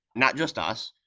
not just us,